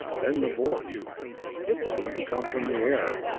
then the voice it seemed to come from the air,